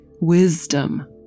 wisdom